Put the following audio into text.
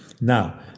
Now